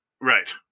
right